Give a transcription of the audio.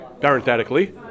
Parenthetically